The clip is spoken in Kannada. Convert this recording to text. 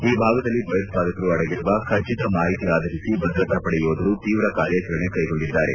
ಈ ಭಾಗದಲ್ಲಿ ಭಯೋತ್ಪಾದಕರು ಅಡಗಿರುವ ಖಚಿತ ಮಾಹಿತಿ ಆಧರಿಸಿ ಭದ್ರತಾಪಡೆ ಯೋಧರು ತೀವ್ರ ಕಾರ್ಯಾಚರಣೆ ಕ್ಲೆಗೊಂಡಿದ್ದಾರೆ